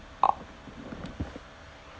oh